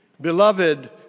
beloved